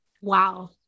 Wow